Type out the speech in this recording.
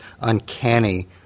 uncanny